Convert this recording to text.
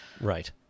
Right